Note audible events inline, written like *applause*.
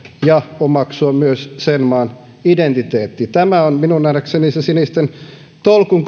ja omaksua myös sen maan identiteetti tämä on minun nähdäkseni se sinisten tolkun *unintelligible*